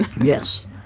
Yes